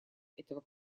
этого